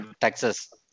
Texas